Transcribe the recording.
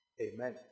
Amen